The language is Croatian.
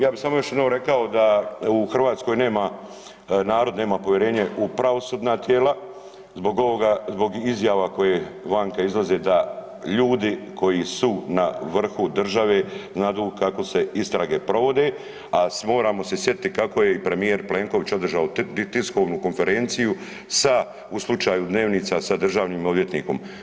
Ja bi samo još jednom rekao da u Hrvatskoj nema, narod nema povjerenje u pravosudna tijela zbog ovoga, zbog izjava koje vanka izlaze da ljudi koji su na vrhu države znadu kako se istrage provode, a moramo se sjetiti kako je i premijer Plenković održao tiskovnu konferenciju sa, u slučaju dnevnica sa državnim odvjetnikom.